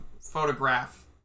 photograph